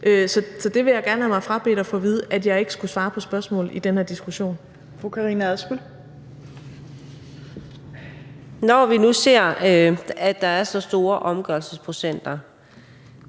så jeg vil gerne have mig frabedt at få at vide, at jeg ikke skulle svare på spørgsmål i den her diskussion. Kl. 18:39 Fjerde næstformand (Trine